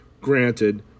granted